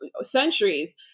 centuries